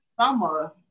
summer